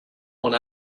one